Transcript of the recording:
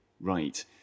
right